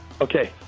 Okay